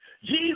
Jesus